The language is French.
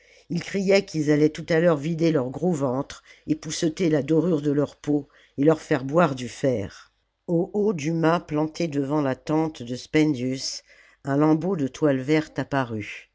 ils criaient qu'ils allaient tout à l'heure vider leurs gros ventres épousseter la dorure de leur peau et leur faire boire du fer au haut du mât planté devant la tente de spendius un lambeau de toile verte apparut